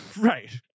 Right